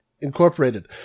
Incorporated